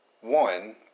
One